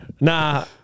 Nah